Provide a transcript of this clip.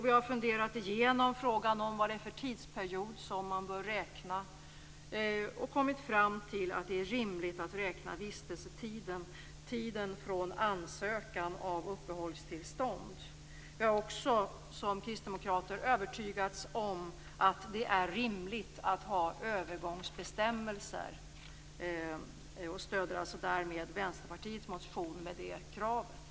Vi har funderat igenom frågan vilken tidsperiod som man bör räkna och kommit fram till att det är rimligt att räkna vistelsetiden från tidpunkten för ansökan om uppehållstillstånd. Vi kristdemokrater har också övertygats om att det är rimligt att ha övergångsbestämmelser. Vi stöder därmed Vänsterpartiets motion med det kravet.